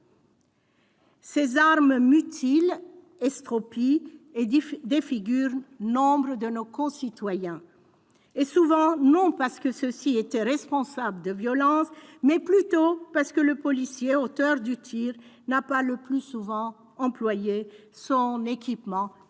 Ces armes mutilent, estropient et défigurent nombre de nos concitoyens, et souvent non pas parce que ceux-ci étaient responsables de violences, mais plutôt parce que le policier auteur du tir n'a le plus souvent pas employé son équipement de